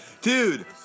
Dude